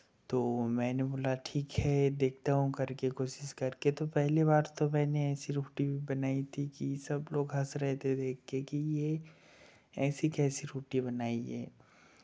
तो मैंने बोला ठीक है देखता हूँ करके कोशिश करके तो पहली बार तो मैंने ऐसी रोटी भी बनाई थी कि सब लोग हँस रहे थे देख के कि ये ऐसी कैसी रोटी बनाई है